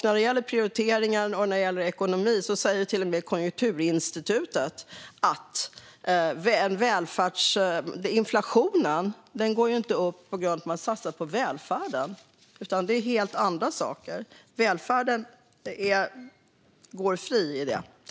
När det gäller prioriteringar och ekonomi säger till och med Konjunkturinstitutet att inflationen inte går upp på grund av att man har satsat på välfärden, utan det beror på helt andra saker. Välfärden går fri i det.